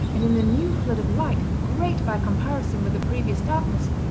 and in the new flood of light, great by comparison with the previous darkness,